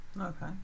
Okay